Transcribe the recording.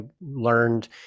learned